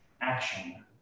action